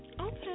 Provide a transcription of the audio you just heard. Okay